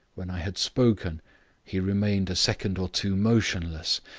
when i had spoken he remained a second or two motionless,